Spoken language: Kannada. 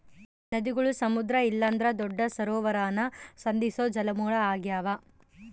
ನದಿಗುಳು ಸಮುದ್ರ ಇಲ್ಲಂದ್ರ ದೊಡ್ಡ ಸರೋವರಾನ ಸಂಧಿಸೋ ಜಲಮೂಲ ಆಗ್ಯಾವ